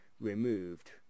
Removed